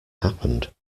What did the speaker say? happened